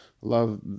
love